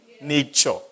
nature